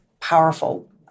powerful